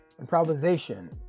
Improvisation